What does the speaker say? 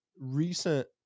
recent